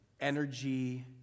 energy